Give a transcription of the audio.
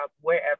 wherever